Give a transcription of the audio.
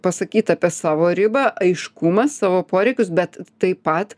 pasakyt apie savo ribą aiškumą savo poreikius bet taip pat